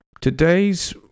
today's